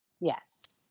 Yes